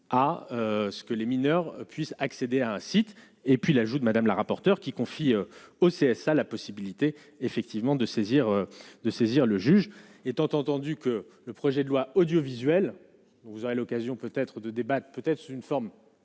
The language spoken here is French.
à ce que les mineurs puissent accéder à un site, et puis l'ajout de Madame la rapporteure, qui confie au CSA la possibilité effectivement de saisir de saisir le juge étant entendu que le projet de loi audiovisuelle, vous aurez l'occasion peut-être de débat, peut-être sous une forme